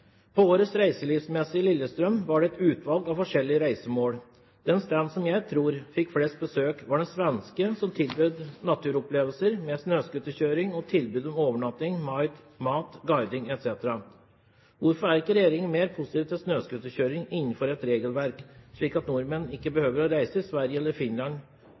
på dette området, er det et budsjettspørsmål som jeg ikke kan kommentere nærmere nå. Vi går tilbake til spørsmål 5. Jeg ønsker å stille følgende spørsmål til nærings- og handelsministeren: «På årets reiselivsmesse i Lillestrøm var det et utvalg av forskjellige reisemål. Den standen som jeg tror fikk flest besøk, var den svenske som tilbød naturopplevelser med snøscooterkjøring og tilbud om overnatting, mat, guiding etc. Hvorfor